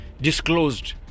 disclosed